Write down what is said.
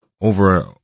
over